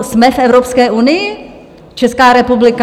Jsme v Evropské unii, Česká republika?